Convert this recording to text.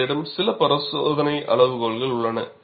உங்களிடம் சில பரிசோதனை அளவுகோல்கள் உள்ளன